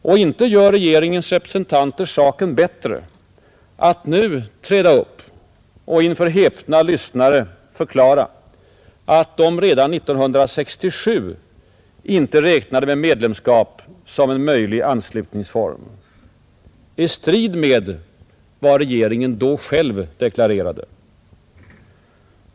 Och inte gör regeringens representanter saken bättre med att nu träda upp och inför häpna lyssnare förklara att de redan 1967 inte räknade med medlemskap som en möjlig anslutningsform, i strid med vad regeringen då själv deklarerade.